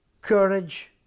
courage